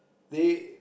they